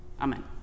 Amen